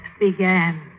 began